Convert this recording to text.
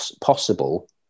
possible